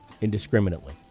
indiscriminately